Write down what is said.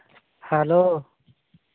hello